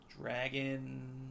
Dragon